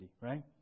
Right